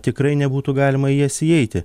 tikrai nebūtų galima į jas įeiti